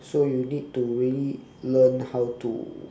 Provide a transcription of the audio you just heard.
so you need to really learn how to